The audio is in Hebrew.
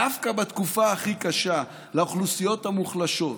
דווקא בתקופה הכי קשה לאוכלוסיות המוחלשות,